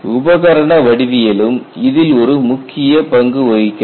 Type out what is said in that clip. உபகரண வடிவியலும் இதில் ஒரு முக்கிய பங்கு வகிக்கிறது